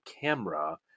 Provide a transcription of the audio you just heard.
camera